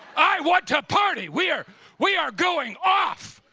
i want to party! we are we are going off!